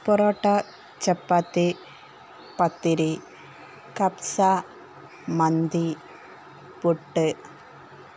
പൊറോട്ട ചപ്പാത്തി പത്തിരി കഫ്സ മന്തി പുട്ട്